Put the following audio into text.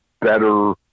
better